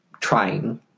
trying